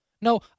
No